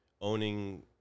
owning